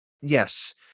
Yes